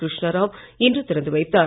கிருஷ்ணராவ் இன்று திறந்து வைத்தார்